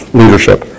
leadership